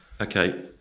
Okay